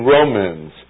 Romans